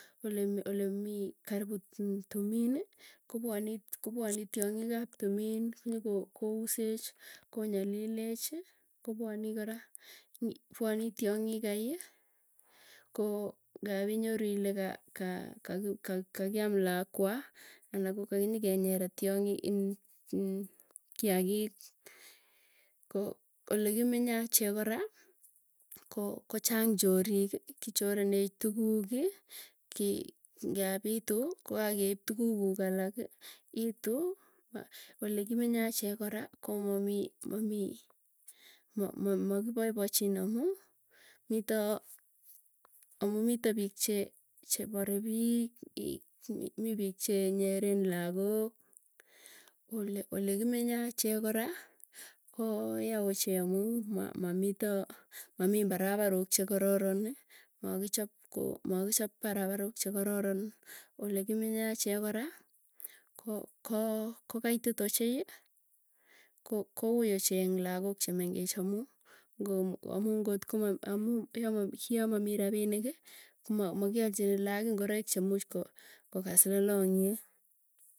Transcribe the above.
Olem olemii karibu tumini, kopuanii ti kopuanii tiang'iik ap timin nyoko, kousech konyalilechi. Kopwani kora pwanii tiong'ik kai koo ngapinyoru ile kaikiam lakwa ana kokinyekenyere tiong'i iin iin kiagik. Ko olekimenye achek kora ko kochang chorik, kichorenech tukuuki ki ngapiitu kokake keip tukuukuk alaki iitu. Ole kimenye achek kora komamii, mamii, ma ma makipaipachin amuu mito, amuu mito piik che che parepiik. Mi piik cheenyeren lagook, ko ole kimenye achek kora koo ya ochei amuu ma mamito, mamii mbaraparok chekaroroni, makichop koo makichop paraparok chekaroron. Olekimenye achek kora ko koo kaitit ochei ko koui ochei eng lagook chemengech amuu, ngo amu ngotko mami yamamii rapiniki koma makialchini laak ingoik chemuuch koo kokas lolongyet.